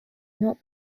not